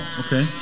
okay